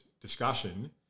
discussion